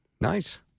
Nice